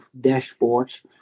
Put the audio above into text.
dashboards